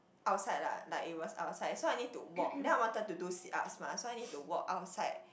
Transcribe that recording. outside lah like it was outside so I need to walk then I wanted to do sit ups mah so I need to walk outside